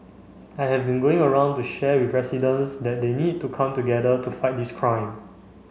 I have been going around to share with residents that they need to come together to fight this crime